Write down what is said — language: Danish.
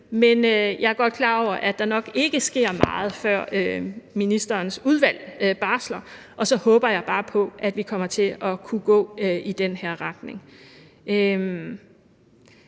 men jeg er godt klar over, at der nok ikke sker meget, før ministerens udvalg barsler, og så håber jeg bare på, at vi kommer til at kunne gå i den her retning.